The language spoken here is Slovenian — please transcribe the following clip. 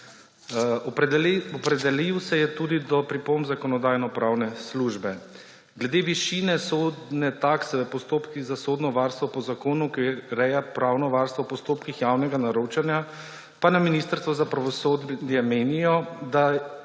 Opredelil se je tudi do pripomb Zakonodajno-pravne službe. Glede višine sodne takse v postopkih za sodno varstvo po zakonu, ki ureja pravno varstvo v postopkih javnega naročanja, pa na Ministrstvu za pravosodje menijo, da